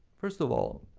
first of all,